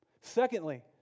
Secondly